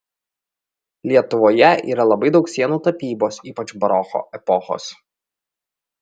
lietuvoje yra labai daug sienų tapybos ypač baroko epochos